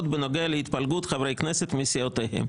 בנוגע להתפלגות חברי כנסת מסיעותיהם.